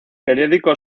periódico